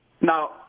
Now